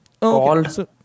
called